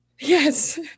Yes